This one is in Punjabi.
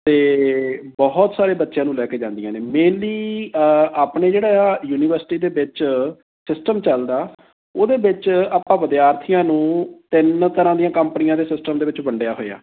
ਅਤੇ ਬਹੁਤ ਸਾਰੇ ਬੱਚਿਆਂ ਨੂੰ ਲੈ ਕੇ ਜਾਂਦੀਆਂ ਨੇ ਮੇਨਲੀ ਆਪਣੇ ਜਿਹੜਾ ਆ ਯੂਨੀਵਰਸਿਟੀ ਦੇ ਵਿੱਚ ਸਿਸਟਮ ਚੱਲਦਾ ਉਹਦੇ ਵਿੱਚ ਆਪਾਂ ਵਿਦਿਆਰਥੀਆਂ ਨੂੰ ਤਿੰਨ ਤਰ੍ਹਾਂ ਦੀਆਂ ਕੰਪਨੀਆਂ ਦੇ ਸਿਸਟਮ ਦੇ ਵਿੱਚ ਵੰਡਿਆ ਹੋਇਆ